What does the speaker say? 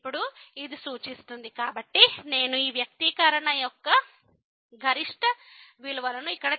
ఇప్పుడు ఇది సూచిస్తుంది కాబట్టి నేను ఈ వ్యక్తీకరణ యొక్క గరిష్ట విలువను ఇక్కడ తీసుకుంటే